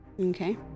Okay